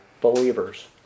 believers